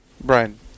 Brian